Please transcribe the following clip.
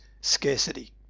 scarcity